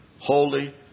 holy